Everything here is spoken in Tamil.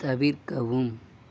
தவிர்க்கவும்